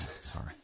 Sorry